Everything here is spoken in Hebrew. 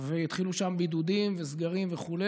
והתחילו שם בידודים וסגרים וכו',